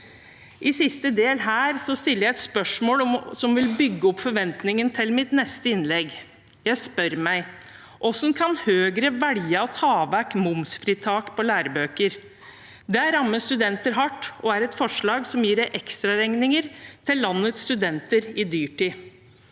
I siste del her stiller jeg et spørsmål som vil bygge opp forventningene til mitt neste innlegg. Jeg spør meg: Hvordan kan Høyre velge å ta vekk momsfritak på lærebøker? Det rammer studenter hardt og er et forslag som gir ekstra regninger til landets studenter i dyrtid.